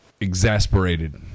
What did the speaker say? exasperated